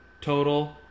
total